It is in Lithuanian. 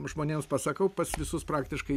žmonėms pasakau pats visus praktiškai